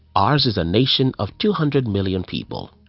ours is a nation of two hundred million people.